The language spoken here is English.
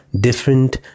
different